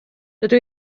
dydw